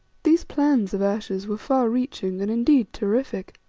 these plans of ayesha's were far reaching and indeed terrific.